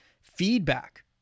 feedback